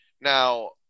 Now